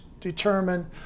determine